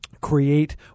create